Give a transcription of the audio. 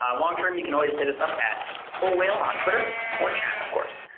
long-term, you can always hit us up wholewhale on twitter, or chat of course.